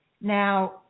Now